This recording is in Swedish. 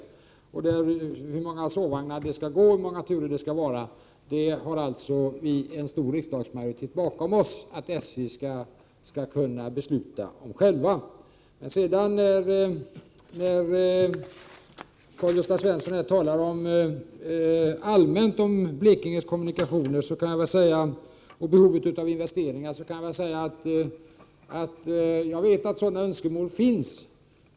När det gäller hur många sovvagnar som skall gå och hur många turer det skall vara har vi alltså en stor riksdagsmajoritet bakom oss då vi säger att detta skall SJ kunna besluta om självt. När Karl-Gösta Svenson talar allmänt om Blekinges kommunikationer och behovet av investeringar, så kan jag väl säga att jag vet att sådana önskemål finns.